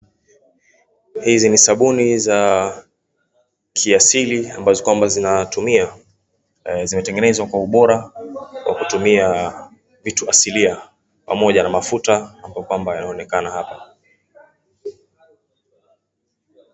Hizi ni sabuni za kiasili ambazo kwamba zinatumia, zimetengenezwa kwa ubora kwa kutumia vitu asilia pamoja na mafuta ambayo kwamba yanaonekana hapa.